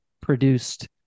produced